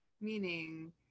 meaning